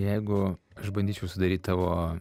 jeigu aš bandyčiau sudaryt tavo